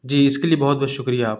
جی اس کے لیے بہت بہت شکریہ آپ کا